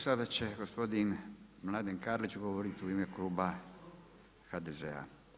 Sada će gospodin Mladen Karlić govoriti u ime kluba HDZ-a.